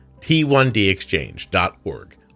T1DExchange.org